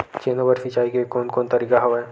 चना बर सिंचाई के कोन कोन तरीका हवय?